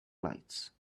lights